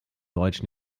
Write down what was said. deutsch